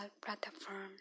platform